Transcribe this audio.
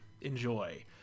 Enjoy